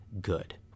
good